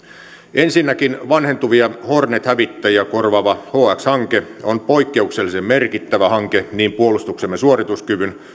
ensinnäkin vanhentuvia hornet hävittäjiä korvaava hx hanke on poikkeuksellisen merkittävä hanke niin puolustuksemme suorituskyvyn